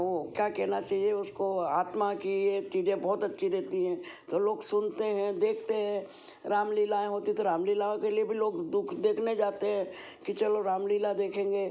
वो क्या कहना चाहिए उसको आत्मा की ये चीज़ें बहुत अच्छी रहती हैं सब लोग सुनते हैं देखते हैं राम लीलाऍं होती हैं तो राम लीलाओं के लिए भी लोग दुख देखने जाते हैं कि चलो राम लीला देखेंगे